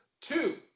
Two